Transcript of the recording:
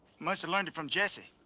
must've learned it from jesse.